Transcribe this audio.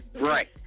Right